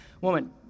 woman